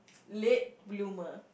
late bloomer